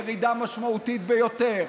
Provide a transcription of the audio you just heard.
ירידה משמעותית ביותר,